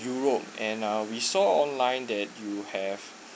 europe and uh we saw online that you have